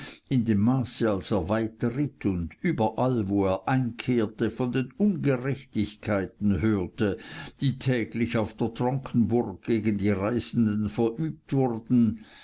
in dem maße als er weiterritt und überall wo er einkehrte von den ungerechtigkeiten hörte die täglich auf der tronkenburg gegen die reisenden verübt wurden